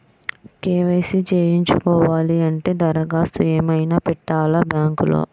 KYC చేయించుకోవాలి అంటే దరఖాస్తు ఏమయినా పెట్టాలా బ్యాంకులో?